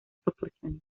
proporciones